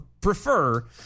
prefer